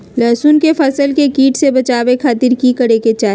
लहसुन के फसल के कीट से बचावे खातिर की करे के चाही?